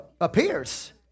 appears